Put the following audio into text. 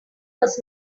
was